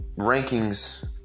rankings